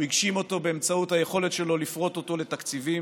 הוא הגשים אותו באמצעות היכולת שלו לפרוט אותו לתקציבים.